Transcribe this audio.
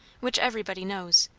which everybody knows,